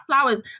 flowers